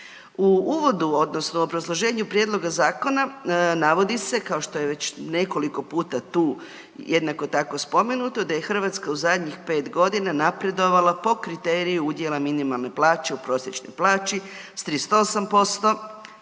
U uvodu odnosno obrazloženju prijedloga zakona navodi se kao što je već nekoliko puta tu jednako tako spomenuto da je Hrvatska u zadnjih 5.g. napredovala po kriteriju udjela minimalne plaće u prosječnoj plaći, s 38%